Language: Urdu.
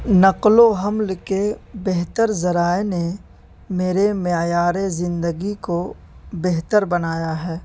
نقل و حمل کے بہتر ذرائع نے میرے معیار زندگی کو بہتر بنایا ہے